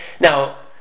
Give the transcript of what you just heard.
Now